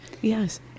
Yes